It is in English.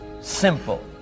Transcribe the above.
simple